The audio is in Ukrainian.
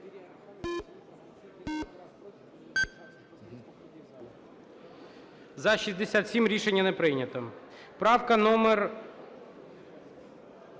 За-67 Рішення не прийнято. Правка номер